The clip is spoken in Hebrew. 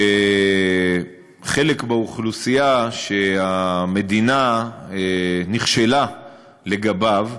שחלק באוכלוסייה, שהמדינה נכשלה לגביו,